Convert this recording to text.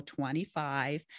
25